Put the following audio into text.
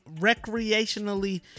recreationally